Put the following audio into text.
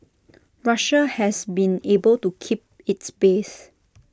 Russia has been able to keep its base